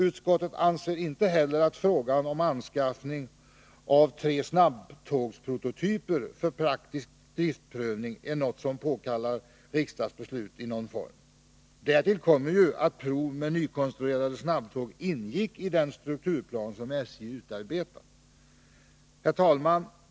Utskottet anser inte heller att frågan om anskaffning av tre snabbtågsprototyper för praktisk driftprövning påkallar riksdagsbeslut i någon form. Därtill kommer att prov med nykonstruerade snabbtåg ingår i den strukturplan som SJ har utarbetat. Herr talman!